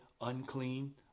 unclean